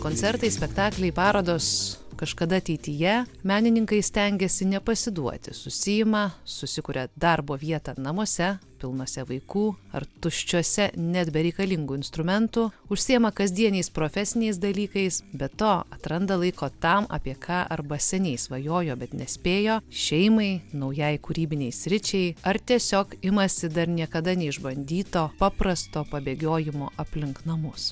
koncertai spektakliai parodos kažkada ateityje menininkai stengėsi nepasiduoti susiima susikuria darbo vietą namuose pilnuose vaikų ar tuščiuose net be reikalingų instrumentų užsiima kasdieniais profesiniais dalykais be to atranda laiko tam apie ką arba seniai svajojo bet nespėjo šeimai naujai kūrybinei sričiai ar tiesiog imasi dar niekada neišbandyto paprasto pabėgiojimo aplink namus